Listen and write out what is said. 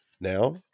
Now